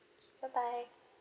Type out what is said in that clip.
bye bye